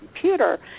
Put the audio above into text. computer